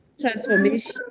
transformation